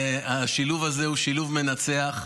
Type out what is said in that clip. והשילוב הזה הוא שילוב מנצח.